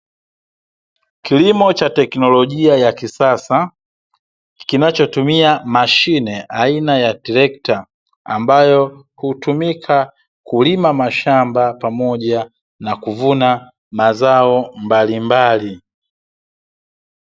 Kilimo cha teknolojia ya kisasa kinachotumia mashine aina ya trekta, ambayo hutumika kulima mashamba, pamoja na kuvuna mazao mbalimbali.